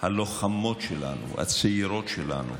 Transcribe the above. הלוחמות שלנו, הצעירות שלנו,